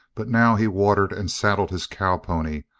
but now he watered and saddled his cowpony,